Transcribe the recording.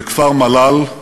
בכפר-מל"ל,